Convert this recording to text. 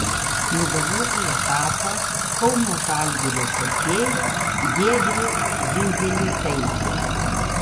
nugalėtoja tapo kauno žalgirio šokėja giedrė dzindzelėtaitė